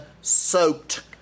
soaked